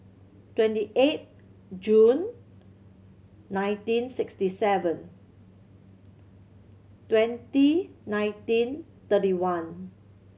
twenty eight June nineteen sixty seven twenty nineteen thirty one